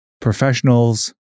professionals